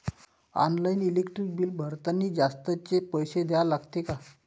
Online electric bill भरतानी जास्तचे पैसे द्या लागते का?